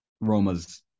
roma's